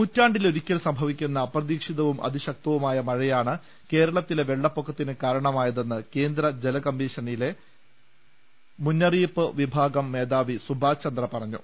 നൂറ്റാണ്ടിലൊരിക്കൽ സംഭവിക്കുന്ന അപ്രതീക്ഷവും അതിശ ക്തവുമായ മഴയാണ് കേരളത്തിലെ വെള്ളപ്പൊക്കത്തിന് കാരണമായതെന്ന് കേന്ദ്രജല കമ്മീഷനില്പ്പ്പെട്ടപ്പളയമുന്നറിയിപ്പ് വിഭാഗം മേധാവി സുഭാഷ് ചന്ദ്ര പറഞ്ഞു